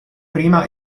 prima